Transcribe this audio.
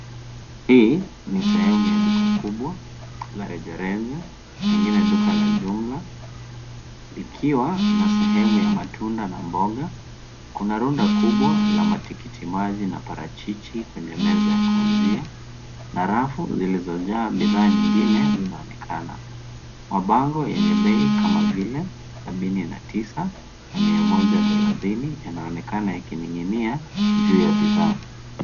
Hii ni sehemu ya duka kubwa la rejareja pengine duka la jumla likiwa na sehemu ya matunda na mboga. Kuna runda kubwa la matikiti maji na parachichi kwenye meza ya kuuzia na rafu zilizojaa bidhaa nyingine zinaonekana. Mabango yenye bei kama vile sabini na tisa na mia moja thelathini yanaonekana ikininginia juu ya bidhaa.